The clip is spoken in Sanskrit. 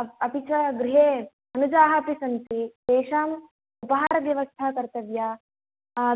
अप् अपि च गृहे अनुजाः अपि सन्ति तेषां उपहारव्यवस्था करणीया